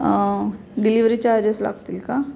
delivery charges लागतील का